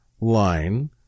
line